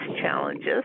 challenges